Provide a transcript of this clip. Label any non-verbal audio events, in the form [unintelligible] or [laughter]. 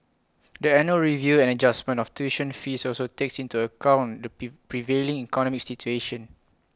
the annual review and adjustment of tuition fees also takes into account the [unintelligible] prevailing economic situation